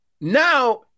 now